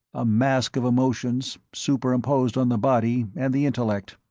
a mask of emotions, superimposed on the body and the intellect.